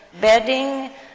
bedding